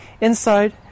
Inside